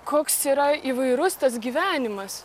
koks yra įvairus tas gyvenimas